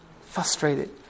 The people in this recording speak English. frustrated